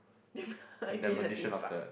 again the Theme Park